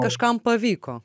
kažkam pavyko